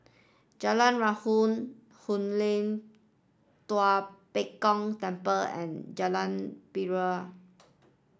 Jalan Raya Hoon Hoon Lam Tua Pek Kong Temple and Jalan Pari